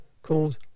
called